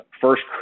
first